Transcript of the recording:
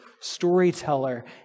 storyteller